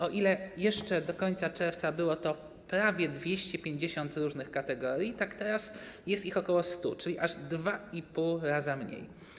O ile jeszcze do końca czerwca było to prawie 250 różnych kategorii, o tyle teraz jest ich ok. 100, czyli aż 2,5 razy mniej.